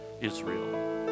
Israel